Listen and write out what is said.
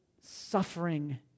suffering